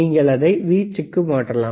நீங்கள் அதை வீச்சுக்கு மாற்றலாம்